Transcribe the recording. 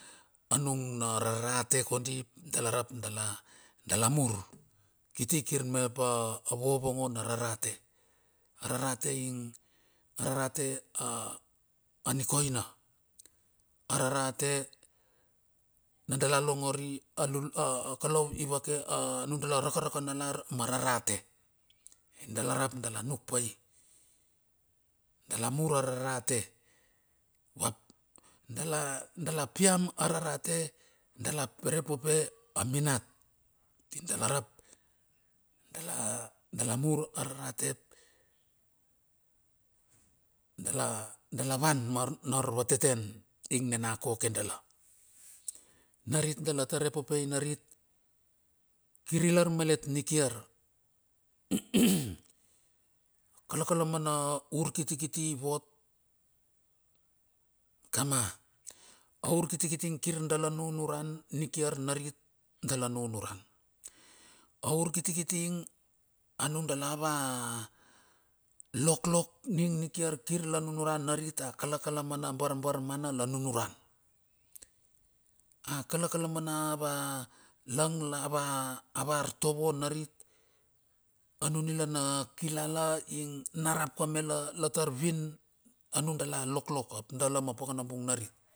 A nung na rarate kondi dala rap dala, dala mur. Kitikir mep a vovonga na rarate. Ararate ing a rarate a aniko ina. Ararate na dala longori a lul a a kolou ivake anundala raka rakanalar ma rarate. Dala rap dala nuk pai. Dala mur a rarate. Vap dala dala piam a rarate dala perepope a minat. Pi dala rap dala, dala mur a rarate. Dala, dala van mena ar vateten ing ne na koke dala. Narit dala tar repopei narit kir i lar malet nikiar kalakalamana urkiti kiti ivot kama. Urkitikiti ing kirdala nunuran nikiar narit dala nunuran. Urkiti kiti ing a nudal a valoklok ing nikiar kirla nunuran narit a kalkalamana barbar mana la nunuran. A kalakala mana va langla va artovo narit anunila na kila la ing narap ka me la. La tar win a nudala loklok ap dala ma pakanabung narit.